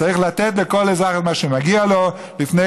צריך לתת לכל אזרח את מה שמגיע לו לפני